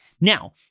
Now